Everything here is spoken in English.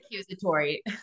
accusatory